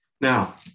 Now